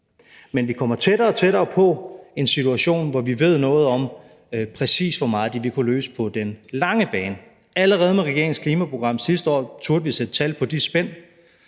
Men vi kommer tættere og tættere på en situation, hvor vi ved noget om, præcis hvor meget det vil kunne løse på den lange bane. Allerede med regeringens klimaprogram sidste år turde vi sætte tal på de spænd,